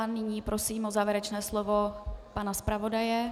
Nyní prosím o závěrečné slovo pana zpravodaje.